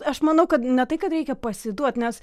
aš manau kad ne tai kad reikia pasiduot nes